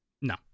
No